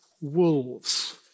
Wolves